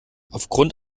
aufgrund